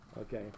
Okay